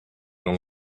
jean